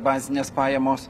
bazinės pajamos